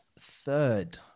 Third